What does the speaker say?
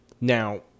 Now